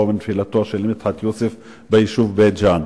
ונפילתו של מדחת יוסף ביישוב בית-ג'ן.